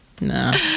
No